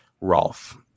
Rolf